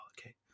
okay